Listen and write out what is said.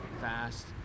fast